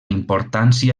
importància